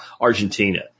Argentina